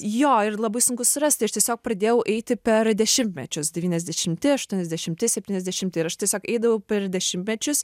jo ir labai sunku surast tai aš tiesiog pradėjau eiti per dešimtmečius devyniasdešimti aštuoniasdešimti septyniasdešimti ir aš tiesiog eidavau per dešimtmečius